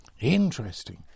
interesting